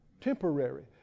temporary